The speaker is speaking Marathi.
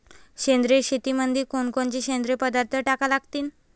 सेंद्रिय शेतीमंदी कोनकोनचे सेंद्रिय पदार्थ टाका लागतीन?